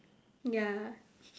ya